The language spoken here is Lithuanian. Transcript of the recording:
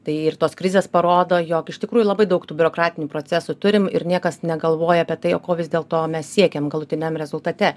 tai ir tos krizės parodo jog iš tikrųjų labai daug tų biurokratinių procesų turim ir niekas negalvoja apie tai o ko vis dėl to mes siekiam galutiniam rezultate